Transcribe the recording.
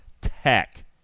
tech